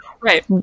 Right